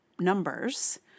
Numbers